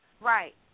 Right